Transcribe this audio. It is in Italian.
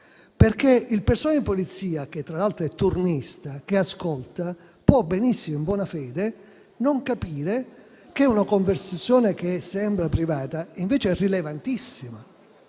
perché il personale di polizia che ascolta, che tra l'altro è turnista, può benissimo in buona fede non capire che una conversazione, che sembra privata, invece è rilevantissima